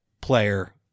player